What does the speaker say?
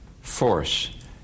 force